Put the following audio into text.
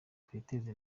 twiteze